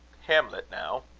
hamlet now?